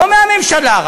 לא רק מהממשלה,